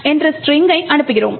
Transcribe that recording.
என்ற ஸ்ட்ரிங்கை அனுப்புகிறோம்